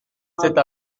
cette